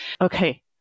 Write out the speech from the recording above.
okay